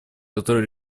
который